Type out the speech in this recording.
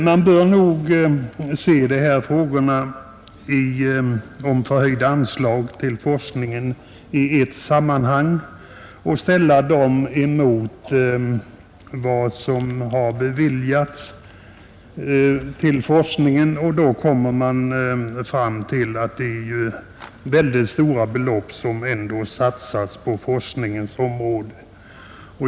Man bör nog se frågorna om förhöjda anslag till forskningen i ett sammanhang och ställa önskemålen mot de väldigt stora belopp som ändå satsas på forskningens område.